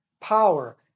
power